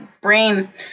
brain